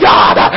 God